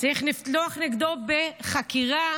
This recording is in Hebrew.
צריך לפתוח נגדו בחקירה,